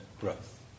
growth